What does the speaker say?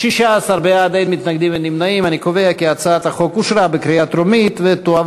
ההצעה להעביר את הצעת חוק הביטוח הלאומי (תיקון,